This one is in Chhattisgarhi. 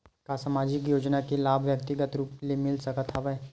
का सामाजिक योजना के लाभ व्यक्तिगत रूप ले मिल सकत हवय?